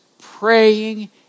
praying